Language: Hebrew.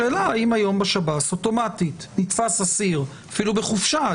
השאלה היא האם היום בשב"ס אוטומטית נתפס אסיר אפילו בחופשה,